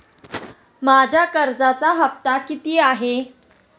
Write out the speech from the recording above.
माझा कर्जाचा हफ्ता किती आहे?